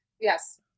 Yes